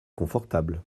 confortable